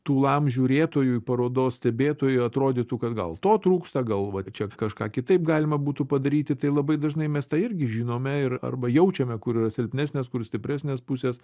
tūlam žiūrėtojui parodos stebėtojui atrodytų kad gal to trūksta gal va čia kažką kitaip galima būtų padaryti tai labai dažnai mes tą irgi žinome ir arba jaučiame kur yra silpnesnės kur stipresnės pusės